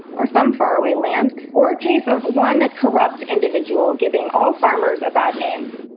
or some far away land. or a case of one corrupt individual giving all farmers a bad name.